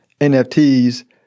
NFTs